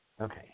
Okay